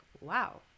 wow